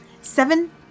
Seven